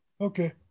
Okay